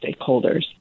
stakeholders